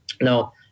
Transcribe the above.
Now